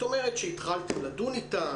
את אומרת שאתם התחלתם לדון איתם,